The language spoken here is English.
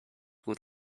good